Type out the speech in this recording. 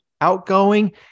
outgoing